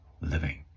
living